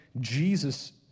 Jesus